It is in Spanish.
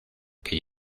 que